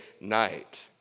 night